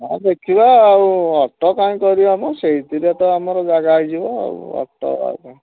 ହଁ ଦେଖିବା ଆଉ ଅଟୋ କାଇଁ କରିବା ମ ସେଇଥିରେ ତ ଆମର ଯାଗା ହେଇଯିବ ଅଟୋ ଆଉ କ'ଣ